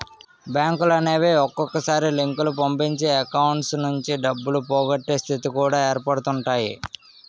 బ్యాంకులనేవి ఒక్కొక్కసారి లింకులు పంపించి అకౌంట్స్ నుంచి డబ్బులు పోగొట్టే స్థితి కూడా ఏర్పడుతుంటాయి